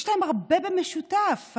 יש להם הרבה במשותף.